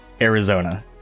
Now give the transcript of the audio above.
Arizona